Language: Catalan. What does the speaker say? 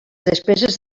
despeses